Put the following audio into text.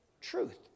truth